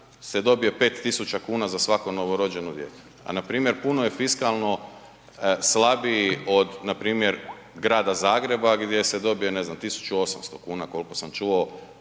se dobije 5.000,00 kn za svako novorođeno dijete, a npr. puno je fiskalno slabiji od npr. Grada Zagreba gdje se dobije, ne znam, 1.800,00 kn kolko sam čuo